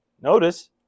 Notice